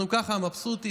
אנחנו מבסוטים.